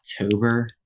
october